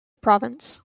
province